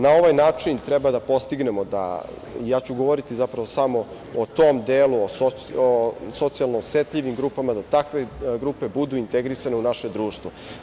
Na ovaj način treba da postignemo, ja ću govoriti samo o tom delu, o socijalno osetljivim grupama, da takve grupe budu integrisane u naše društvo.